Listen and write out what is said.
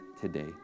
today